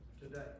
today